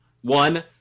One